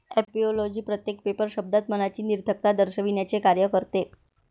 ऍपिओलॉजी प्रत्येक पेपर शब्दात मनाची निरर्थकता दर्शविण्याचे कार्य करते